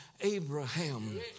Abraham